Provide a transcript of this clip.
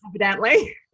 evidently